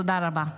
תודה רבה.